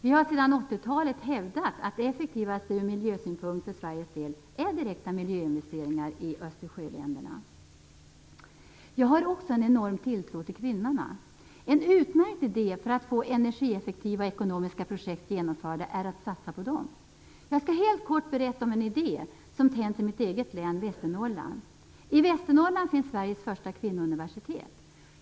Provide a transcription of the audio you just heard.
Vi har sedan 80-talet hävdat att det effektivaste ur miljösynpunkt för Sveriges del är direkta miljöinvesteringar i Östersjöländerna. Jag har också en enorm tilltro till kvinnorna. En utmärkt idé för att få energieffektiva och ekonomiska projekt genomförda är att satsa på kvinnorna. Jag skall helt kort berätta om en idé som tänts i mitt hemlän Västernorrland. I Västernorrland finns Sveriges första kvinnouniversitet.